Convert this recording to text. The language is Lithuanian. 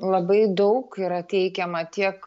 labai daug yra teikiama tiek